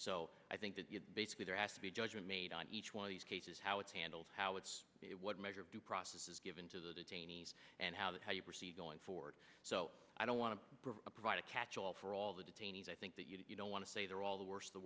so i think that basically they're asked the judgment made on each one of these cases how it's handled how it's it what measure of due process is given to the detainees and how that how you proceed going forward so i don't want to provide a catch all for all the detainees i think that you don't want to say they're all the worse the